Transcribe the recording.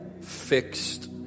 fixed